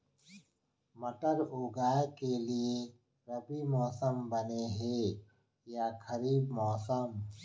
मटर उगाए के लिए रबि मौसम बने हे या खरीफ मौसम?